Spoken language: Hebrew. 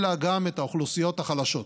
אלא גם את האוכלוסיות החלשות.